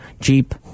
Jeep